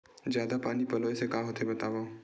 जादा पानी पलोय से का होथे बतावव?